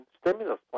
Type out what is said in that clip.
stimulus